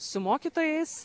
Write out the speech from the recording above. su mokytojais